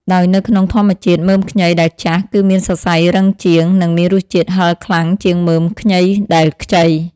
ដោយនៅក្នុងធម្មជាតិ មើមខ្ញីដែលចាស់ គឺមានសរសៃរឹងជាង និងមានរសជាតិហឹរខ្លាំងជាងមើមខ្ញីដែលខ្ចី។